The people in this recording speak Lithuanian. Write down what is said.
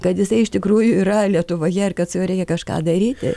kad jisai iš tikrųjų yra lietuvoje ir kad su juo reikia kažką daryti